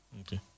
Okay